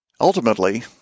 Ultimately